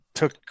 Took